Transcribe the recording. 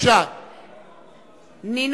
(קוראת בשמות חברי הכנסת) נינו